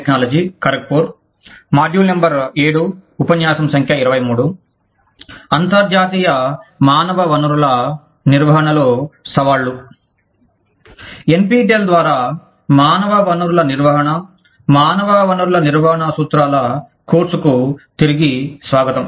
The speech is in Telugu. NPTEL ద్వారా మానవ వనరుల నిర్వహణ మానవ వనరుల నిర్వహణ సూత్రాలు కోర్సుకు తిరిగి స్వాగతం